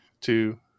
two